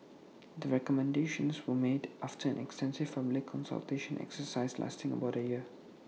the recommendations were made after an extensive public consultation exercise lasting about A year